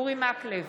אורי מקלב,